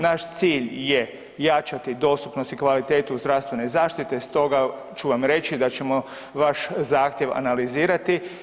Naš cilj je jačati dostupnost i kvalitetu zdravstvene zaštite stoga ću vam reći da ćemo vaš zahtjev analizirati.